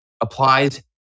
applies